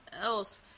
else